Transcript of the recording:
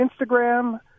Instagram